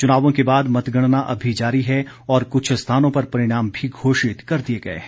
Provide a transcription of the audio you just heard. चुनावों के बाद मतगणना अभी जारी है और कुछ स्थानों पर परिणाम भी घोषित कर दिए गए हैं